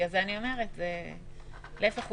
להיפך,